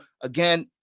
again